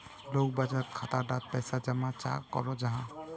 लोग बचत खाता डात पैसा जमा चाँ करो जाहा?